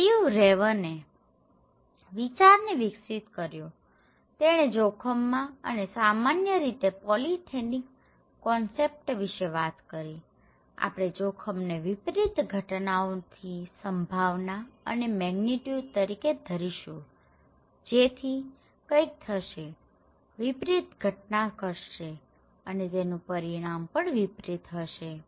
Steve રેનરે આ વિચારને વિકસિત કર્યોતેણે જોખમમાં અને સામાન્ય રીતે પોલીથેટિક કોન્સેપ્ટ વિશે વાત કરી હતીઆપણે જોખમને વિપરીત ઘટનાઓની સંભાવના અને મેગ્નીટ્યુડ તરીકે ધારીશુંજેથી કંઈક થશેવિપરીત ઘટના ઘટશે અને તેનું પરિણામ પણ વિપરીત હશે